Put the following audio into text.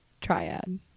triad